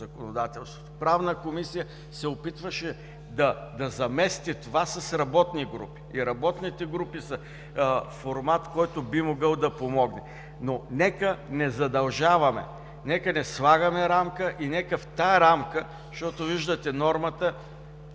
Правната комисия се опитваше да замести това с работни групи и работните групи са формат, който би могъл да помогне. Но нека не задължаваме, нека не слагаме рамка и нека в тази рамка, защото виждате нормата,